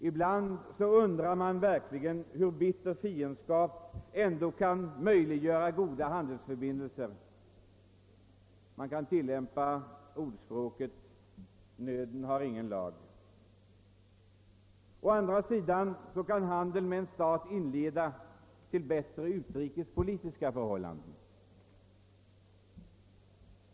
Ibland undrar man verkligen hur goda handelsförbindelser kan upprätthållas trots bitter fiendskap. Härvidlag gäller ordspråket att nöden har ingen lag. Å andra sidan kan handeln med en stat leda till bättre utrikespolitiska förhållanden.